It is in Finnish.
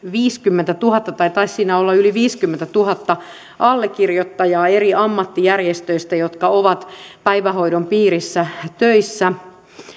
viisikymmentätuhatta tai taisi siinä olla yli viisikymmentätuhatta allekirjoittajaa eri ammattijärjestöistä jotka ovat päivähoidon piirissä töissä